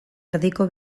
erdiko